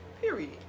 period